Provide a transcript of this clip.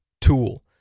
tool